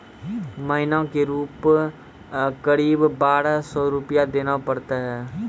महीना के रूप क़रीब बारह सौ रु देना पड़ता है?